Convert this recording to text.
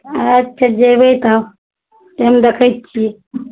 अच्छा जएबै तब टाइम देखै छिए